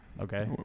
Okay